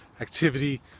activity